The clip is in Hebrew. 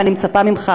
ואני מצפה ממך,